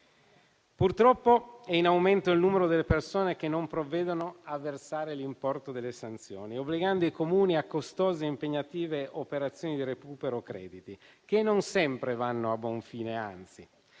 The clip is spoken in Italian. Purtroppo è in aumento il numero delle persone che non provvedono a versare l'importo delle sanzioni, obbligando i Comuni a costose e impegnative operazioni di recupero crediti che non sempre vanno a buon fine, anzi.